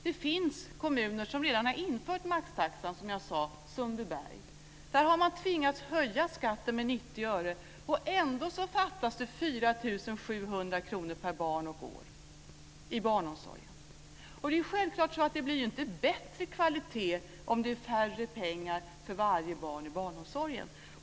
Det finns kommuner som redan har infört maxtaxan, som jag sade. I Sundbyberg har man tvingats höja skatten med 90 öre, och ändå fattas det 4 700 kr per barn och år i barnomsorgen. Självklart blir det inte bättre kvalitet om det är mindre pengar för varje barn i barnomsorgen.